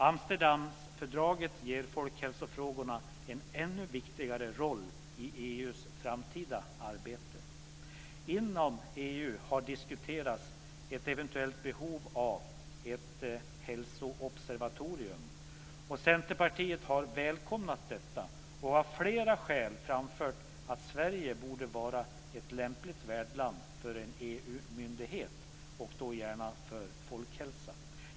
Amsterdamfördraget ger folkhälsofrågorna en ännu viktigare roll i EU:s framtida arbete. Inom EU har diskuterats ett eventuellt behov av ett hälsoobservatorium. Centerpartiet har välkomnat detta och av flera skäl framfört att Sverige borde vara ett lämpligt värdland för en EU-myndighet, och då gärna för folkhälsa.